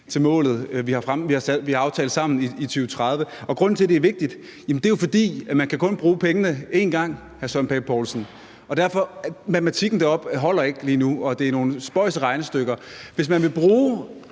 til målet, vi sammen har aftalt, i 2030. Og grunden til, at det er vigtigt, er, at man jo kun kan bruge pengene én gang, hr. Søren Pape Poulsen. Derfor holder matematikken deroppe ikke lige nu, og det er nogle spøjse regnestykker. Hvis man vil